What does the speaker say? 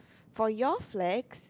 for your flags